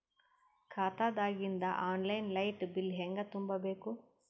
ಖಾತಾದಾಗಿಂದ online light bill ಹೇಂಗ ತುಂಬಾ ಬೇಕು?